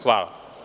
Hvala.